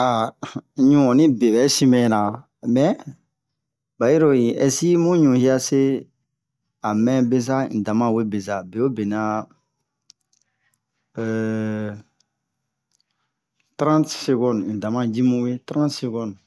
aha ɲu ɔnni be bɛ sin mɛ man mɛ bayiro hi ɛsi mu mu ɲu hiase amɛ beza un da ma we beza be'o be nɛ eee trante segɔnde un da ma ji bun we trante segɔnde